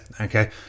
okay